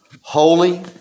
holy